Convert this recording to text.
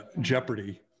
Jeopardy